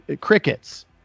crickets